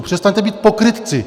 Přestaňte být pokrytci.